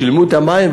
שילמו על המים,